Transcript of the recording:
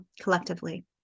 collectively